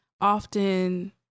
Often